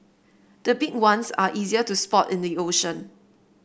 the big ones are easier to spot in the ocean